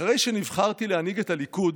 אחרי שנבחרתי להנהיג את הליכוד,